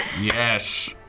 Yes